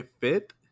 fit